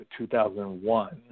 2001